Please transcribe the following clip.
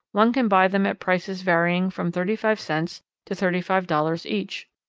one can buy them at prices varying from thirty-five cents to thirty-five dollars each.